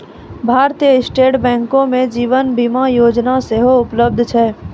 भारतीय स्टेट बैंको मे जीवन बीमा योजना सेहो उपलब्ध छै